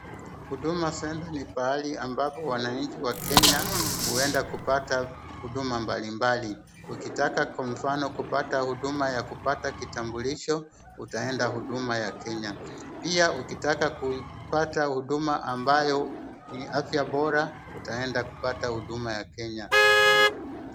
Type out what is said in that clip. Huduma Centre ni pahali ambapo wananchi wa Kenya hueda kupata huduma mbalimbali. Ukitaka kwa mfano kupata huduma ya kupata kitambulisho, utaeda huduma ya Kenya, pia ukitaka kupata huduma ambayo ni afya bora, utaeda kupata huduma ya Kenya.